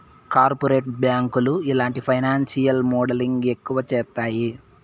corporate బ్యాంకులు ఇలాంటి financial modelling ఎక్కువ చేత్తాయి